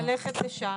ללכת לשם,